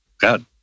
God